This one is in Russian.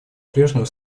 прежнему